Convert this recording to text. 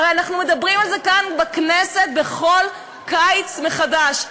הרי אנחנו מדברים על זה כאן בכנסת בכל קיץ מחדש.